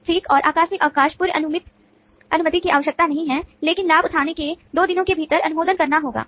ठीक और आकस्मिक अवकाश पूर्व अनुमति की आवश्यकता नहीं है लेकिन लाभ उठाने के 2 दिनों के भीतर अनुमोदन करना होगा